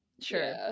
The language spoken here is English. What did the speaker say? Sure